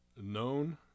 known